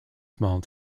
small